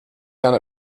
done